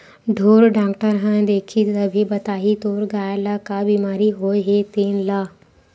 ढ़ोर डॉक्टर ह देखही तभे बताही तोर गाय ल का बिमारी होय हे तेन ल